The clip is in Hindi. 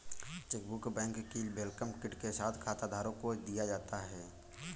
चेकबुक बैंक की वेलकम किट के साथ खाताधारक को दिया जाता है